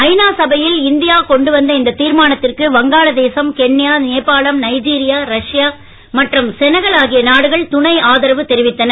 ஐ நா சபையில் இந்தியா கொண்டு வந்த இந்த தீர்மானத்திற்கு வங்காளதேசம் கென்யா நேபாளம் நைஜீரியா ரஷ்யா மற்றும் செனகல் ஆகிய நாடுகள் துணை ஆதரவு தெரிவித்தன